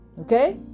Okay